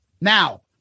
Now